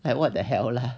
like what the hell lah